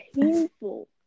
painful